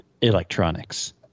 electronics